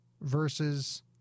versus